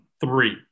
three